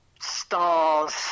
stars